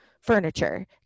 furniture